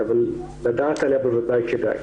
אבל, לדעת עליה בוודאי כדאי.